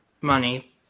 money